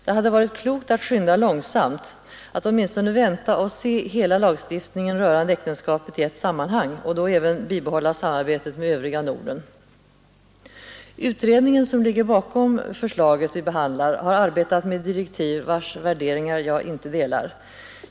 Det hade varit klokt att skynda långsamt, att åtminstone vänta och se hela lagstiftningen rörande äktenskapet i ett sammanhang och då även bibehålla samarbetet med övriga Norden. Utredningen som ligger bakom det förslag vi behandlar har arbetat med direktiv vilkas värderingar jag inte delar.